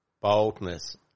boldness